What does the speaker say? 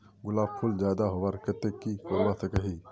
गुलाब फूल ज्यादा होबार केते की करवा सकोहो ही?